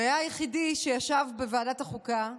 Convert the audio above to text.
והיה היחידי שישב בוועדת החוקה,